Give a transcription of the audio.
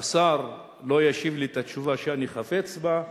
השר לא ישיב לי את התשובה שאני חפץ בה,